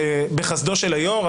שבחסדו של היו"ר,